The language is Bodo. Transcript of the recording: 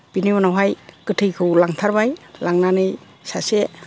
बिनि उनावहाय गोथैखौ लांथारबाय लांनानै सासे